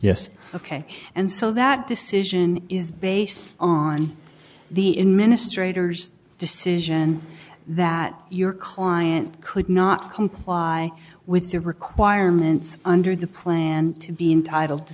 yes ok and so that decision is based on the in ministre toure's decision that your client could not comply with the requirements under the plan to be intitled t